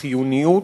החיוניות,